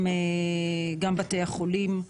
גם בתי החולים,